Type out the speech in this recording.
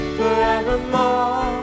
forevermore